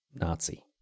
nazi